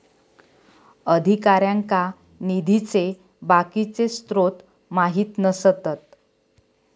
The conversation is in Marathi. अधिकाऱ्यांका निधीचे बाकीचे स्त्रोत माहित नसतत